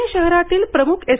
प्णे शहरातील प्रमुख एस